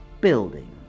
building